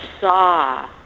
saw